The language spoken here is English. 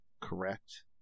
correct